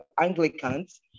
Anglicans